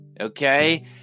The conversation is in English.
okay